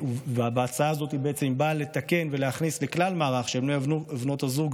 ההצעה הזאת בעצם באה לתקן ולהכניס לכלל המערך את בנות ובני זוג,